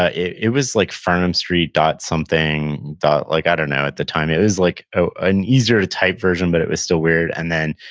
ah it it was like, farnamstreet something like-i-dunno at the time. it was like ah an easier to type version, but it was still weird, and then,